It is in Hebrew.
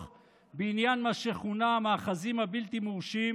בעניין מה שכונה "המאחזים הבלתי-מורשים"